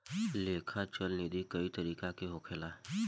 लेखा चल निधी कई तरीका के होखेला